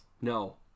No